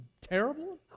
terrible